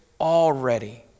already